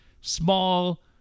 Small